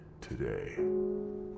today